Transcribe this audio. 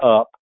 up